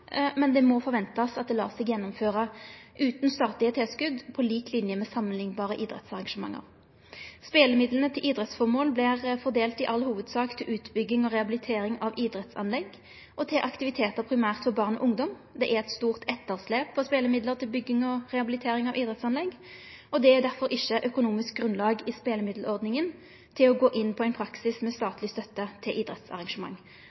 men det må forventast at det let seg gjennomføre utan statlege tilskot – på lik linje med samanliknbare idrettsarrangement. Spelemidlane til idrettsføremål vert i all hovudsak fordelte til utbygging og rehabilitering av idrettsanlegg og til aktivitetar primært for barn og ungdom. Det er eit stort etterslep på spelemidlar til bygging og rehabilitering av idrettsanlegg, og det er derfor ikkje økonomisk grunnlag i spelemiddelordninga til å gå inn på ein praksis med